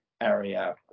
area